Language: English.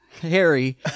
harry